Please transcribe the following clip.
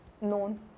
known